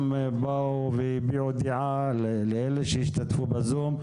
שבאו והביעו דעה, לאלה שהשתתפו בזום,